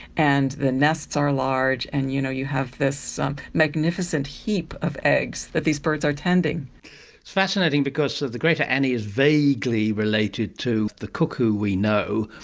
and the nests are large and you know you have this magnificent heap of eggs that these birds are tending. it's fascinating because the greater ani is vaguely related to the cuckoo, we know,